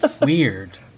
weird